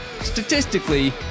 statistically